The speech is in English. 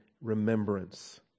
remembrance